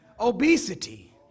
obesity